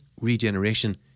regeneration